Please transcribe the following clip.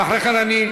ואחרי כן אני,